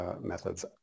methods